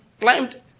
climbed